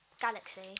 galaxy